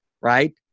right